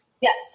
Yes